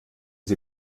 sie